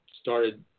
started